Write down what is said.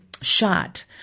shot